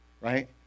right